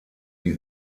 die